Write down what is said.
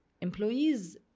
employees